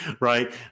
right